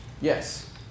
Yes